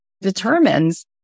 determines